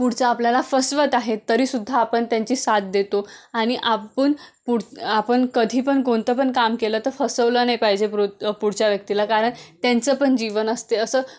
पुढचं आपल्याला फसवत आहे तरीसुद्धा आपण त्यांची साथ देतो आणि आपण पुढ आपन कधीपण कोणतं पण काम केलं त फसवलं नाही पाहिजे प्र पुढच्या व्यक्तीला कारण त्यांचं पण जीवन असते असं